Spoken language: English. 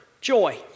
joy